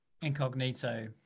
incognito